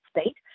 state